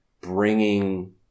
bringing